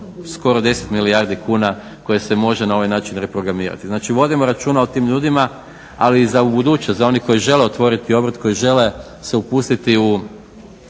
skoro 10 milijardi kuna koje se može na ovaj način reprogramirati. Znači vodimo računa o tim ljudima ali i za ubuduće za one koji žele otvoriti obrt, koji žele se upustiti u